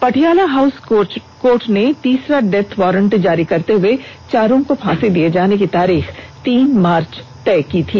Patiala house court ने तीसरा death warrant जारी करते हुए चारों को फांसी दिए जाने की तारीख तीन मार्च तय की थी